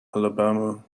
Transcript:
alabama